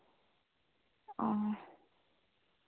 ᱚ